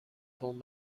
پوند